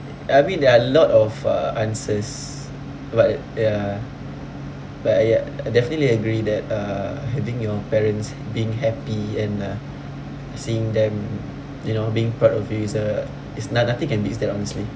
I mean there are lot of uh answers but ya but ya definitely agree that uh having your parents being happy and uh seeing them you know being proud of you is uh is not~ nothing can beat that honestly